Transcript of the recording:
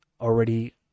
already